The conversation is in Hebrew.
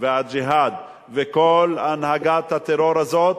וה"ג'יהאד" וכל הנהגת הטרור הזאת